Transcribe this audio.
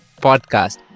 Podcast